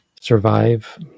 survive